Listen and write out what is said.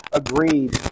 agreed